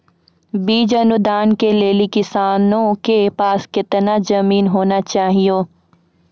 बीज अनुदान के लेल किसानों के पास केतना जमीन होना चहियों?